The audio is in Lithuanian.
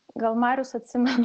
gal marius atsimena